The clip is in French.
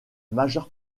majeure